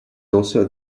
also